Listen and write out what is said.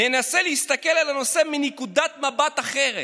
ננסה להסתכל על הנושא מנקודת מבט אחרת.